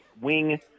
wing